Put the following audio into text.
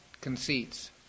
conceits